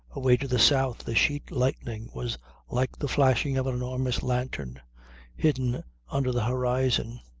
away to the south the sheet lightning was like the flashing of an enormous lantern hidden under the horizon.